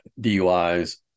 DUIs